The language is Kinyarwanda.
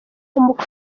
umukobwa